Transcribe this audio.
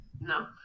No